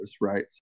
right